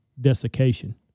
desiccation